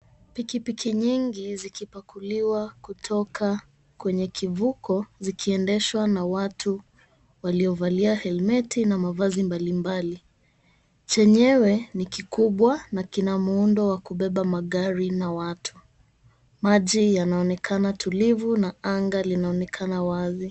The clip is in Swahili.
Pikipiki nyingi zikipakuliwa kutoka kwenye kivuko, zikiendeshwa na watu waliovalia helmeti na mavazi mbalimbali. Chenyewe ni kikubwa na kina muundo wa kubeba magari na watu. Maji yanaonekana tulivu na anga linaonekana wazi.